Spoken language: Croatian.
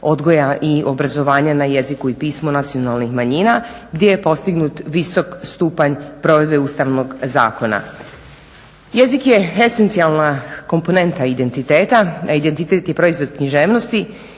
odgoja i obrazovanja na jeziku i pismu nacionalnih manjina gdje je postignut visok stupanj provedbe Ustavnog zakona. Jezik je esencijalna komponenta identiteta, a identitet je proizvod književnosti